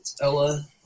Ella